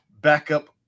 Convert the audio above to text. backup